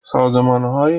سازمانهایی